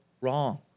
wrong